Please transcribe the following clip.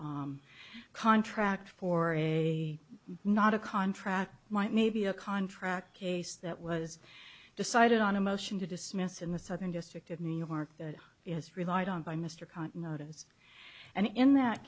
contract for a not a contract might may be a contract case that was decided on a motion to dismiss in the southern district of new york that is relied on by mr kahn notice and in that